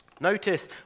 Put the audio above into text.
Notice